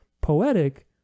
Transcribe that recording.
poetic